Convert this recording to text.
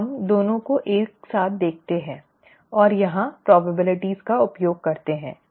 अब हम दोनों को एक साथ देखते हैं ठीक है और यहां संभावनाओं का उपयोग करते हैं